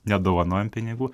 nedovanojam pinigų